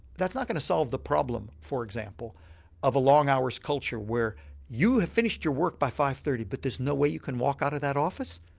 that's not going to solve the problem for example of a long hours culture where you have finished your work by five. thirty but there's no way you can walk out of that office.